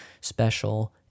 special